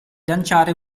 lanciare